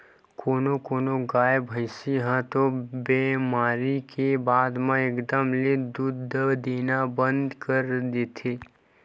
कोनो कोनो गाय, भइसी ह तो बेमारी के बाद म एकदम ले दूद देना बंद कर देथे